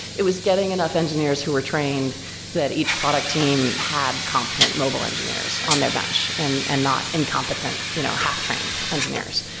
it was getting enough engineers who were trained that each product team had competent mobile engineers on their bench and and not incompetent, you know half-trained engineers.